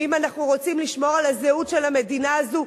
ואם אנחנו רוצים לשמור על הזהות של המדינה הזו,